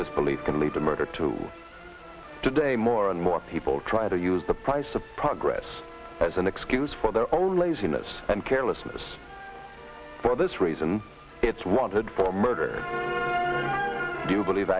this belief can lead to murder two today more and more people try to use the price of progress as an excuse for their own laziness and carelessness for this reason it's rounded for murder you believe